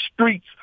streets